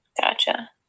Gotcha